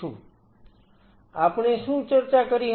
આપણે શું ચર્ચા કરી હતી